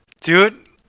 dude